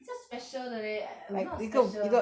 比较 special 的 leh I I a lot special 的